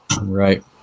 Right